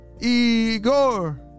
Igor